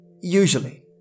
usually